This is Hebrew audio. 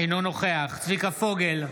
אינו נוכח צביקה פוגל,